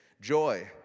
Joy